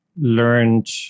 learned